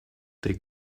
they